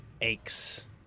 aches